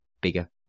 bigger